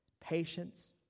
patience